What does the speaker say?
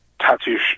tattoo